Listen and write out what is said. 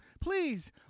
please